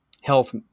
health